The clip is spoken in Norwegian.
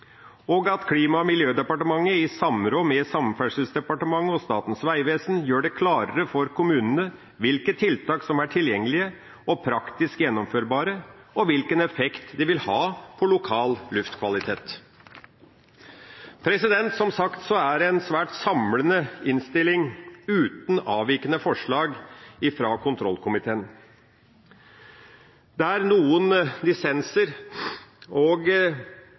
og at Klima- og miljødepartementet – i samråd med Samferdselsdepartementet og Statens vegvesen – gjør det klarere for kommunene hvilke tiltak som er tilgjengelige og praktisk gjennomførbare, og hvilken effekt de vil ha på lokal luftkvalitet. Som sagt er det en svært samlende innstilling fra kontrollkomiteen, uten avvikende forslag. Det er noen dissenser, og